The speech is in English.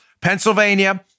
Pennsylvania